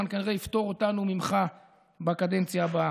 כנראה יפטור אותנו ממך בקדנציה הבאה.